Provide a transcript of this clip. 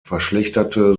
verschlechterte